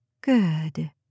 Good